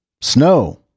snow